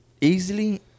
Easily